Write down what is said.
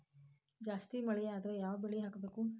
ಜಾಸ್ತಿ ಮಳಿ ಆದ್ರ ಯಾವ ಬೆಳಿ ಹಾಕಬೇಕು?